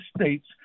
states